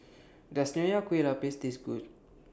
Does Nonya Kueh Lapis Taste Good